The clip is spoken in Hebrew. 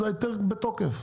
ההיתר בתוקף.